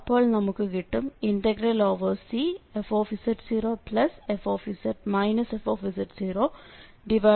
അപ്പോൾ നമുക്കു കിട്ടും Cfz0fz fz z0dz എന്ന്